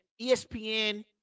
ESPN